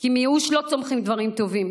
כי מייאוש לא צומחים דברים טובים,